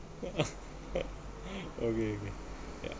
okay okay ya